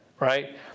Right